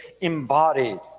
embodied